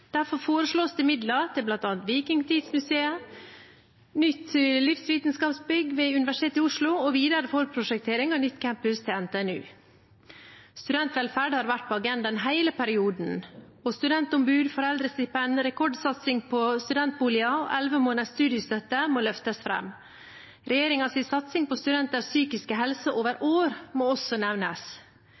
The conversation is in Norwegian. Derfor foreslås det midler til bl.a. Vikingtidsmuseet, nytt livsvitenskapsbygg ved Universitetet i Oslo og videre forprosjektering av nytt campus til NTNU. Studentvelferd har vært på agendaen hele perioden, og studentombud, foreldrestipend, rekordsatsing på studentboliger og elleve måneders studiestøtte må løftes fram. Regjeringens satsing på studenters psykiske helse over år må også nevnes.